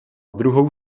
druhou